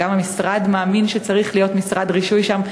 גם המשרד מאמין שצריך להיות משרד רישוי שם,